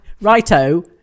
Righto